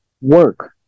work